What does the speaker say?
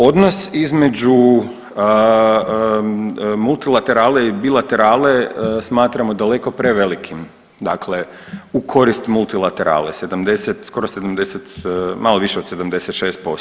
Odnos između multilaterale o bilaterale smatramo daleko prevelikim dakle u korist multilaterale, 70 skoro 70, malo više od 76%